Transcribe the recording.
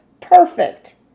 Perfect